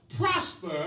prosper